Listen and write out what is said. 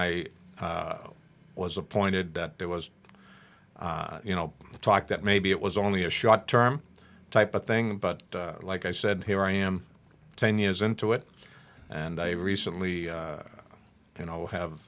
i was appointed that there was you know talk that maybe it was only a short term type of thing but like i said here i am ten years into it and i recently you know have